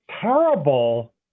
terrible